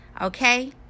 okay